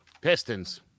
Pistons